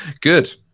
good